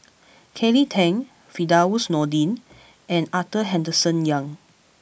Kelly Tang Firdaus Nordin and Arthur Henderson Young